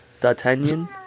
D'Artagnan